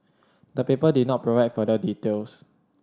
the paper did not provide further details